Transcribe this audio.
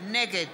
נגד